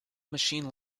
machine